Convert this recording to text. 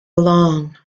along